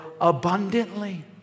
abundantly